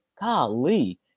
golly